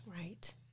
Right